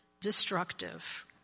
destructive